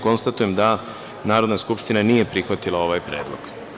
Konstatujem da Narodna skupština nije prihvatila ovaj predlog.